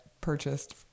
purchased